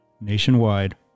Nationwide